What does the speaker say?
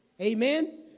Amen